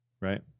right